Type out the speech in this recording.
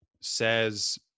says